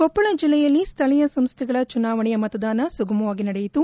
ಕೊಪ್ಪಳ ಜಿಲ್ಲೆಯಲ್ಲಿ ಸ್ಥಳಿಯ ಸಂಸ್ಥೆಗಳ ಚುನಾವಣೆಯ ಮತದಾನ ಸುಗಮವಾಗಿ ನಡೆಯಿತು